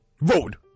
Road